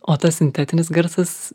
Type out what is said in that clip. o tas sintetinis garsas